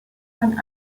man